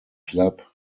club